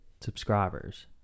subscribers